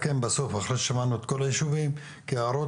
אחרי שנשמע את כל הישובים אנחנו נסכם בסוף,